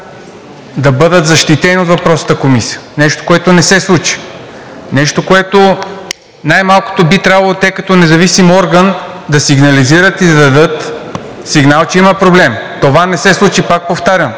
да бъдат защитени от въпросната Комисия. Нещо, което не се случи. Нещо, което най-малкото би трябвало те като независим орган да сигнализират и да дадат сигнал, че има проблем. Това не се случи, пак повтарям.